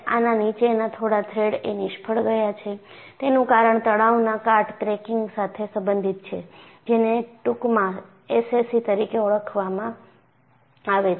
આના નીચેના થોડા થ્રેડ એ નિષ્ફળ ગયા છે તેનું કારણ તણાવના કાટ ક્રેકીંગ સાથે સંબંધિત છે જેને ટૂંકમાં એસસીસી તરીકે ઓળખવામાં આવે છે